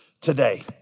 today